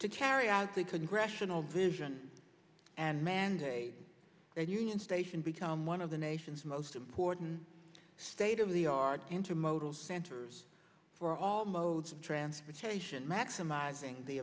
to cherry out the congressional vision and mandate that union station become one of the nation's most important state of the art intermodal centers for all modes transportation maximizing the